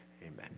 amen